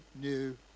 new